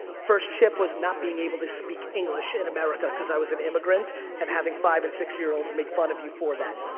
first chip was not being able to speak english in america, cause i was an immigrant and having five and six-year-olds make fun of you for that.